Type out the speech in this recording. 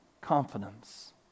confidence